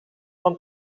van